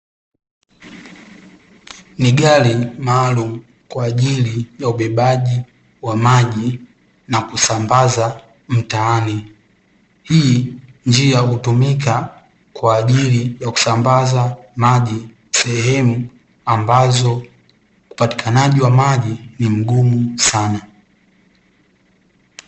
Ni gari maalumu kwa ajili ya ubebaji wa maji na kusambaza mtaani, hii njia hutumika kwa ajili ya kusambaza maji sehemu ambazo, upatikanaji wa maji ni mgumu sana.